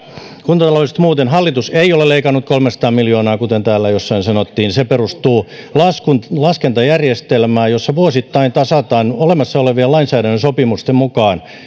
kuntataloudesta muuten hallitus ei ole leikannut kolmesataa miljoonaa kuten täällä jossain sanottiin se perustuu laskentajärjestelmään jossa vuosittain tasataan olemassa olevien lainsäädännön sopimusten mukaan